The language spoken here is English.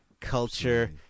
culture